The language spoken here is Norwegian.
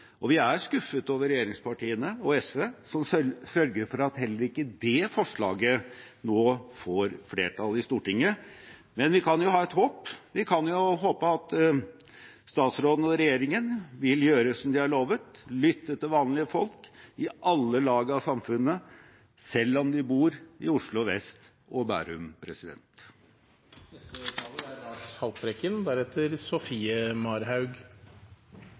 Vi er skuffet over regjeringspartiene og SV, som sørger for at heller ikke det forslaget nå får flertall i Stortinget. Men vi kan jo ha et håp. Vi kan håpe at statsråden og regjeringen vil gjøre som de har lovet: Lytte til vanlige folk i alle lag av samfunnet – selv om de bor i Oslo vest og Bærum.